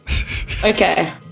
Okay